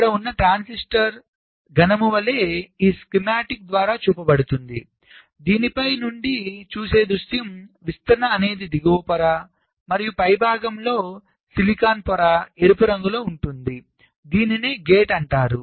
ఇక్కడ ఉన్న ట్రాన్సిస్టర్ ఘనము వలె ఈ స్కీమాటిక్ ద్వారా చూపబడుతుంది ఇదిపై నుండి చూసేదృశ్యంవిస్తరణ అనేది దిగువ పొర మరియు పైభాగంలో పాలిసిలికాన్ పొర ఎరుపు రంగులో ఉంటుంది దీనిని గేట్ అంటారు